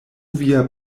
via